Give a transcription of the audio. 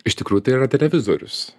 iš tikrųjų tai yra televizorius